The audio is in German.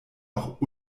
auch